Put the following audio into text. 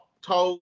told